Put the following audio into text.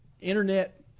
Internet